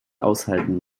aushalten